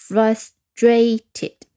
Frustrated